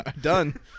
Done